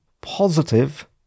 positive